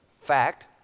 Fact